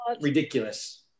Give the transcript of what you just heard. ridiculous